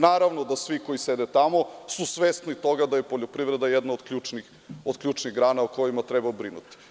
Naravno, da svi koji sede tamo su svesni toga da je poljoprivreda jedna od ključnih grana o kojima treba brinuti.